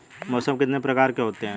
मौसम कितने प्रकार के होते हैं?